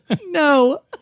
No